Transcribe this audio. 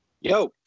Yo